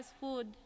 food